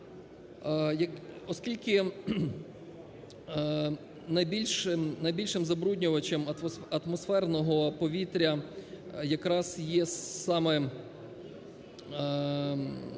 Оскільки найбільшим забруднювачем атмосферного повітря якраз є саме